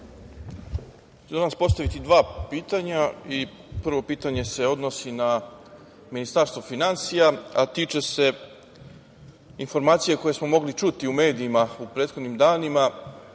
Danas ću postaviti dva pitanja. Prvo pitanje se odnosi na Ministarstvo finansija, a tiče se informacije koje smo mogli čuti u medijima u prethodnim danima